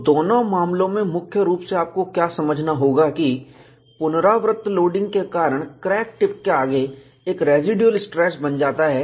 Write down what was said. तो दोनों मामलों में मुख्य रूप से आपको क्या समझना होगा कि पुनरावृत्त लोडिंग के कारण क्रैक टिप के आगे एक रेसीडुएल स्ट्रेस बन जाता है